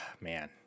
man